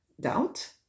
Doubt